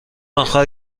اخر